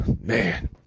man